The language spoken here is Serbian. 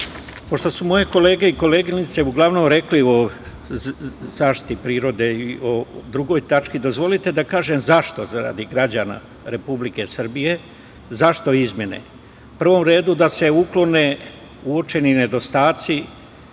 su moje kolege i koleginice uglavnom rekli o zaštiti prirode i o drugoj tački, dozvolite da kažem zašto, zarad građana Republike Srbije, zašto ove izmene.U prvom redu, da se uklone uočeni nedostaci